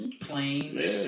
planes